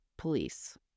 police